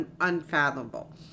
unfathomable